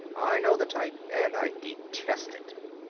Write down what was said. i know the type and i detest it.